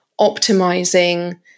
optimizing